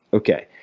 okay.